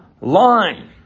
line